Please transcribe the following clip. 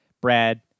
Brad